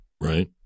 Right